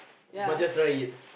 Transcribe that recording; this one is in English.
but just write it